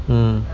mm